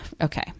okay